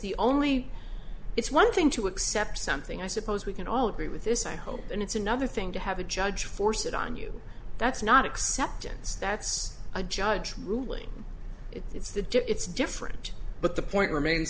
the only it's one thing to accept something i suppose we can all agree with this i hope and it's another thing to have a judge force it on you that's not acceptance that's a judge ruling it's the dip it's different but the point